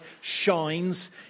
shines